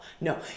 No